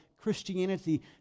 Christianity